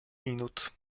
minut